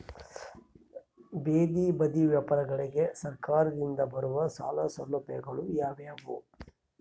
ಬೇದಿ ಬದಿ ವ್ಯಾಪಾರಗಳಿಗೆ ಸರಕಾರದಿಂದ ಬರುವ ಸಾಲ ಸೌಲಭ್ಯಗಳು ಯಾವುವು?